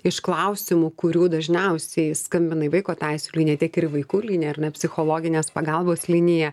iš klausimų kurių dažniausiai skambina į vaiko teisių liniją ir į vaikų liniją ar ne psichologinės pagalbos liniją